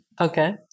Okay